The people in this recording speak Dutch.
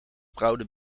bouwden